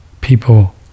people